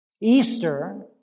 Easter